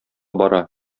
бара